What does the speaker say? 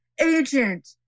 agent